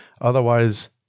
Otherwise-